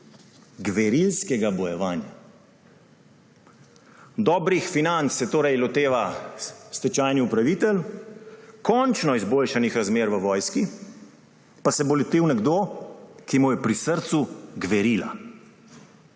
Gverilskega bojevanja. Dobrih financ se torej loteva stečajni upravitelj, končno izboljšanih razmer v vojski pa se bo lotil nekdo, ki mu je pri srcu gverila.